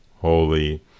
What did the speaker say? Holy